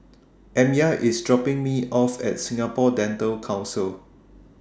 Amya IS dropping Me off At Singapore Dental Council